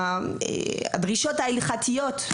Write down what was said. ובוודאי שבהתאם לדרישות ההלכתיות,